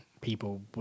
People